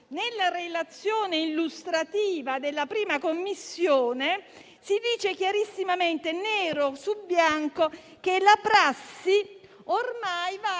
Nella relazione illustrativa della 1a Commissione, si dice molto chiaramente, nero su bianco, che la prassi ormai è